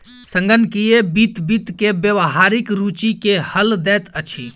संगणकीय वित्त वित्त के व्यावहारिक रूचि के हल दैत अछि